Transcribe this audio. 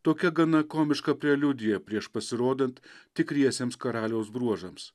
tokia gana komiška preliudija prieš pasirodant tikriesiems karaliaus bruožams